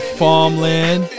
farmland